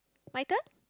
my turn